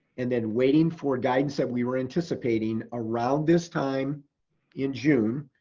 and then waiting for guidance that we were anticipating around this time in june,